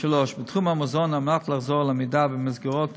3. בתחום המזון, על מנת לחזור לעמידה במסגרות